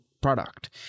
product